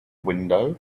window